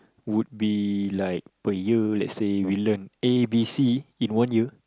would be like per year let's say we learn A B C in one year